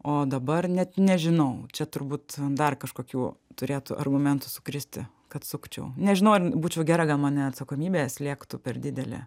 o dabar net nežinau čia turbūt dar kažkokių turėtų argumentų sukristi kad sukčiau nežinau ar būčiau gera gal mane atsakomybė slėgtų per didelė